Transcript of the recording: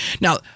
Now